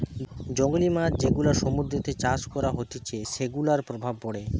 জংলী মাছ যেগুলা সমুদ্রতে চাষ করা হতিছে সেগুলার প্রভাব পড়ে